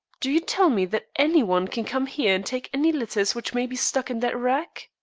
do you tell me that any one can come here and take any letters which may be stuck in that rack?